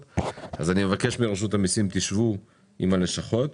אז אני מבקש מרשות המיסים לשכת עם הלשכות.